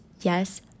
yes